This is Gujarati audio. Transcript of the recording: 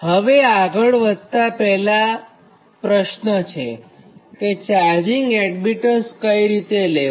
હવે આગળ વધતાં પહેલા પ્રશ્ન છે કે ચાર્જિંગ એડમીટન્સ કઈ રીતે લેવા